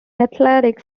athletics